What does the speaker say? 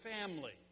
family